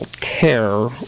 care